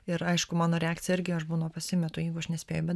ir aišku mano reakcija irgi aš būna pasimetu jeigu aš nespėju bet